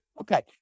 Okay